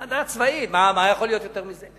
מה יכול להיות יותר מזה?